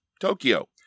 Tokyo